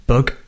Bug